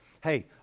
hey